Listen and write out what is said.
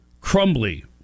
Crumbly